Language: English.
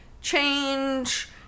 change